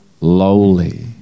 lowly